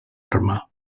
arma